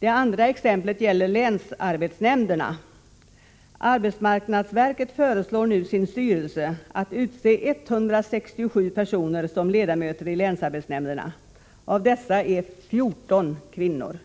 Det andra exemplet gäller länsarbetsnämnderna. Arbetsmarknadsverket föreslår nu sin styrelse att utse 167 personer som ledamöter i länsarbetsnämnderna. Av dessa är 14 kvinnor.